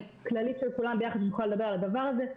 כללית של כולם ביחד שנוכל לדבר על הדבר הזה,